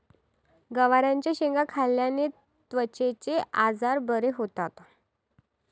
गवारच्या शेंगा खाल्ल्याने त्वचेचे आजार बरे होतात